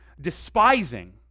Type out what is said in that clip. despising